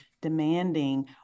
demanding